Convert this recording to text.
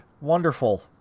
Wonderful